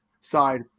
side